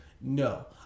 No